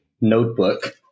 notebook